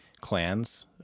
clans